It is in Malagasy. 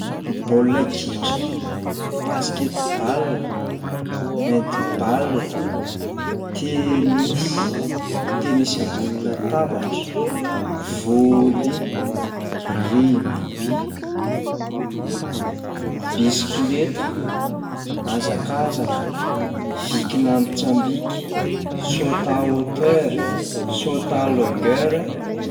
Baolina kitra, basket ball, hand ball, tenisy, tenisy ambony latabatra, volley, rugby, bisikleta, hazakazaka, vikina mitsambiky, saut à hauteur, saut à longueur.